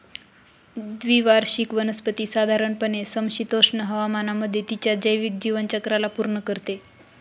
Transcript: द्विवार्षिक वनस्पती साधारणपणे समशीतोष्ण हवामानामध्ये तिच्या जैविक जीवनचक्राला पूर्ण करते